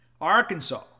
Arkansas